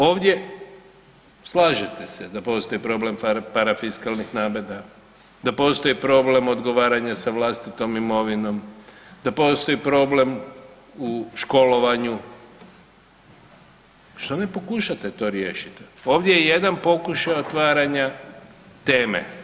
Ovdje, slažete se da postoji problem parafiskalnih nameta, da postoji problem odgovaranja sa vlastitom imovinom, da postoji problem u školovanju, što ne pokušate to riješiti, ovdje je jedan pokušaj otvaranja teme.